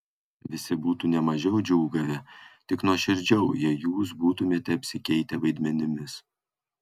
visi būtų ne mažiau džiūgavę tik nuoširdžiau jei jūs būtumėte apsikeitę vaidmenimis